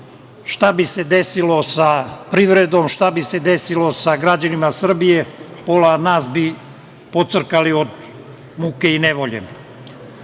šta bi se desilo sa privredom, šta bi se desilo sa građanima Srbije, pola nas bi pocrkali od muke i nevolje. Ovo